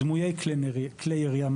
דמויי כלי ירייה,